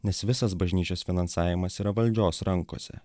nes visas bažnyčios finansavimas yra valdžios rankose